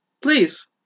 Please